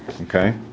Okay